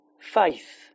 faith